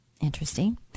Interesting